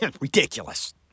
Ridiculous